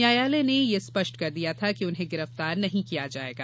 न्यायालय ने यह स्पष्ट कर दिया था कि उन्हें गिरफ्तार नहीं किया जाएगा